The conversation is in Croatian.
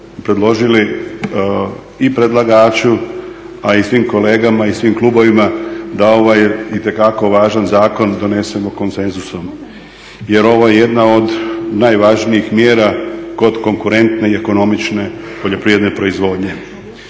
predložili i predlagaču a i svim kolegama i svim klubovima da ovaj itekako važan zakon donesemo konsenzusom jer ovo je jedna od najvažniji mjera kod konkurentne i ekonomične poljoprivredne proizvodnje.